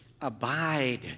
abide